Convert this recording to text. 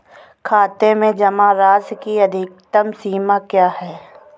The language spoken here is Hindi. खाते में जमा राशि की अधिकतम सीमा क्या है?